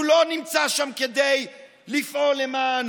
הוא לא נמצא שם כדי לפעול למען